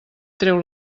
treu